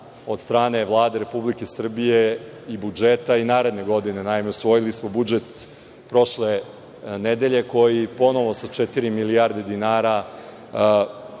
od strane Vlade Republike Srbije i budžeta i naredne godine. Naime, usvojili smo budžet prošle nedelje koji ponovo sa četiri milijarde dinara